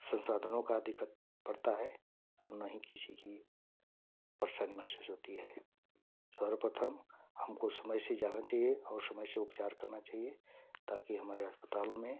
संसाधनों का अधिकत पड़ता है और न ही किसी की परेशानी महसूस होती है सर्वप्रथम हमको समय से जाना चहिए और समय से उपचार करना चहिए ताकि हमारे अस्पतालों में